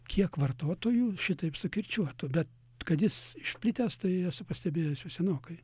kiek vartotojų šitaip sukirčiuotų bet kad jis išplitęs tai esu pastebėjęs jau senokai